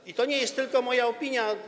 I to nie jest tylko moja opinia.